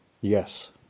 Yes